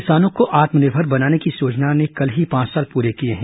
किसानों को आत्मनिर्भर बनाने की इस योजना ने कल ही पांच साल पूरे किए हैं